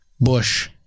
Bush